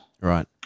right